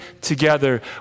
together